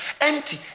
Empty